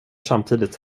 samtidigt